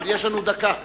אבל יש לנו דקה.